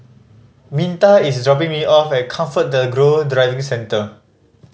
Minta is dropping me off at ComfortDelGro Driving Centre